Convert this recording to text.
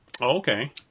Okay